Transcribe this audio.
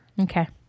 Okay